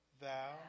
thou